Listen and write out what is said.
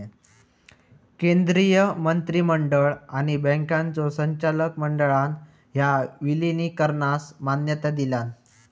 केंद्रीय मंत्रिमंडळ आणि बँकांच्यो संचालक मंडळान ह्या विलीनीकरणास मान्यता दिलान